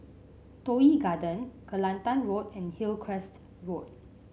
Toh Yi Garden Kelantan Road and Hillcrest Road